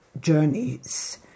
Journeys